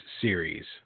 series